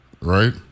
right